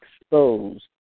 exposed